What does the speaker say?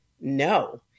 no